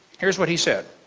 here is what he said.